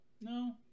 No